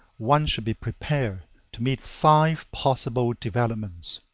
one should be prepared to meet five possible developments